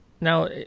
Now